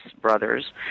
brothers